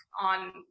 on